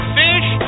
fish